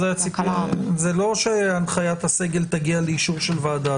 זה לא שהנחיית הסגל תגיע לאישור של ועדה.